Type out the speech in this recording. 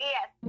Yes